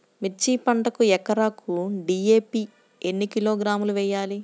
మిర్చి పంటకు ఎకరాకు డీ.ఏ.పీ ఎన్ని కిలోగ్రాములు వేయాలి?